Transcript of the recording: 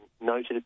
noted